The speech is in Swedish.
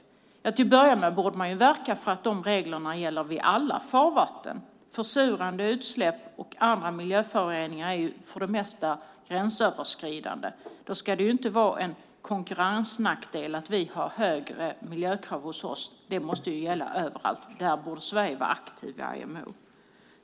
Till att börja med borde man verka för att reglerna gäller i alla farvatten. Försurande utsläpp och andra miljöföroreningar är ju för det mesta gränsöverskridande. Då ska det inte vara en konkurrensnackdel att vi har högre miljökrav hos oss. Det måste ju gälla överallt. Där borde Sverige vara aktivare i IMO.